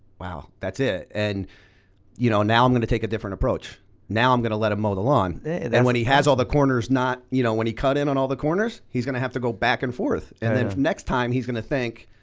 wow that's it. and you know now i'm gonna take a different approach now i'm gonna let him mow the lawn. and when he has all the corners, not. you know when he cut in on all the corners, he's gonna have to go back and forth and then the next time he's gonna think.